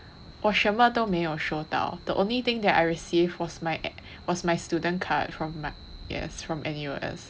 我什么都没有收到 the only thing that I receive was my ar~ was my student card from my yes from nus